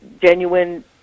genuine